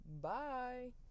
Bye